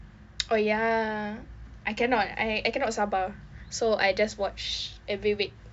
oh ya I cannot I cannot sabar so I just watch every week